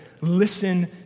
Listen